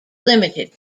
limited